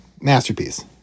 masterpiece